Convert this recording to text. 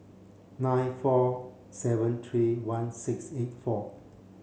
nine four seven three one six eight four